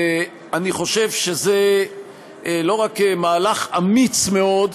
ואני חושב שזה לא רק מהלך אמיץ מאוד,